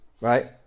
right